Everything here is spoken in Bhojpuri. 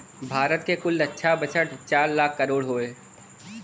भारत क कुल रक्षा बजट चार लाख करोड़ हौ